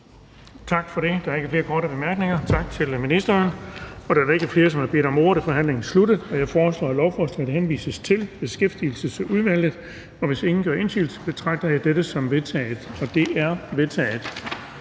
Tak for det. Der er ikke flere korte bemærkninger. Tak til ministeren. Da der ikke er flere, der har bedt om ordet, er forhandlingen sluttet. Jeg foreslår, at lovforslaget henvises til Beskæftigelsesudvalget. Hvis ingen gør indsigelse, betragter jeg dette som vedtaget. Det er vedtaget.